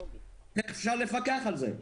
איך אפשר לפקח על זה?